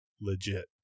legit